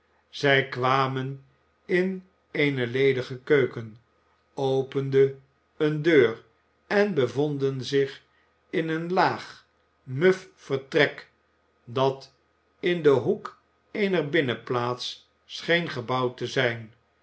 zij kwamen in eene ledige keuken openden eene deur en bevonden zich in een laag muf vertrek dat in den hoek eener binnenplaats scheen gebouwd te zijn